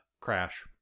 Crash